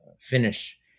finish